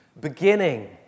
beginning